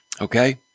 Okay